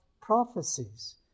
prophecies